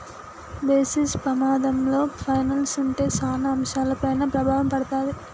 basis పమాధంలో పైనల్స్ ఉంటే సాన అంశాలపైన ప్రభావం పడతాది